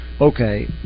Okay